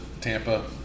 Tampa